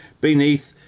beneath